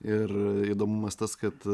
ir įdomumas tas kad